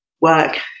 work